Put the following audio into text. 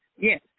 Yes